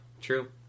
true